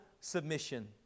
submission